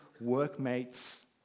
workmates